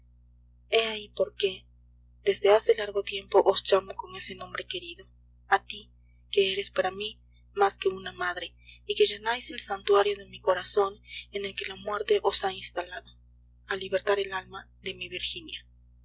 ahí por qué desde hace largo tiempo os llamo con ese nombre querido a ti que eres para mí más que una madre y que llenáis el santuario de mi corazón en el que la muerte os ha instalado al libertar el alma de mi virginia